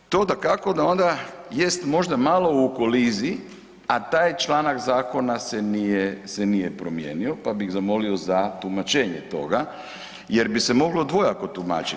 To dakako da onda jest možda malo u koliziji, a taj člana zakona se nije promijenio, pa bih molio za tumačenje toga jer bi se moglo dvojako tumačiti.